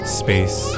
space